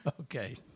Okay